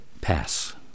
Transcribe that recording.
pass